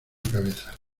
cabeza